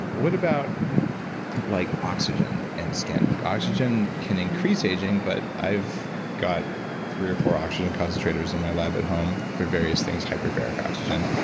what about like oxygen and skin? like oxygen can increase aging, but i've got three or four oxygen concentrators in my lab at home for various things, hyperbaric oxygen.